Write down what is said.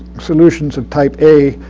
solutions of type a,